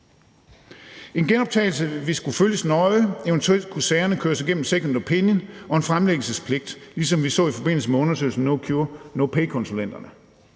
En genoptagelse ville skulle følges nøje, eventuelt ville sagerne kunne køres igennem en second opinion og en fremlæggelsespligt, ligesom vi så i forbindelse med undersøgelsen af no-cure-no-pay-konsulenterne.